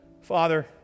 father